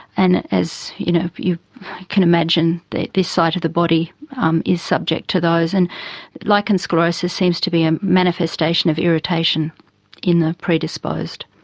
and, as you know you can imagine, this site of the body um is subject to those. and lichen sclerosus seems to be a manifestation of irritation in the predisposed.